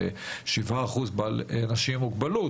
ו-7% אנשים עם מוגבלות,